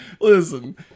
Listen